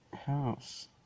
house